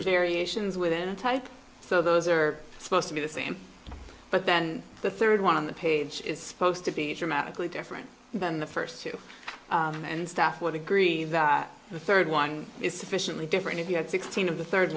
variations within type so those are supposed to be the same but then the third one on the page is supposed to be dramatically different than the first two and staff would agree that the third one is sufficiently different if you had sixteen of the third